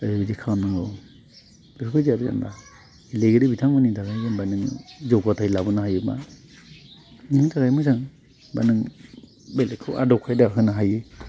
ओरैबायदि खालामनांगौ बेफोरबायदि आरो जेनेबा गेलेगिरि बिथांमोननि थाखाय जेनेबा नोङो जौगाथाय लाबोनो हायोबा नोंनि थाखाय मोजां बा नों बेलेगखौ आदब खायदा होनो हायो